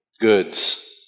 goods